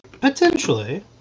Potentially